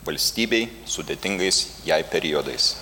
valstybei sudėtingais jai periodais